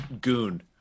goon